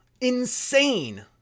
Insane